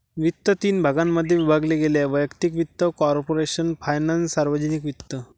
वित्त तीन भागांमध्ये विभागले गेले आहेः वैयक्तिक वित्त, कॉर्पोरेशन फायनान्स, सार्वजनिक वित्त